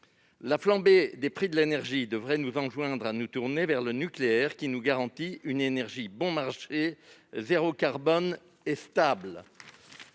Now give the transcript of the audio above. La flambée des prix de l'énergie devrait nous enjoindre à nous tourner vers le nucléaire, qui nous garantit une énergie bon marché, zéro carbone et stable.